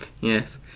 Yes